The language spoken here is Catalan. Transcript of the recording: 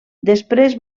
després